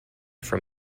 from